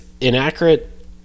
inaccurate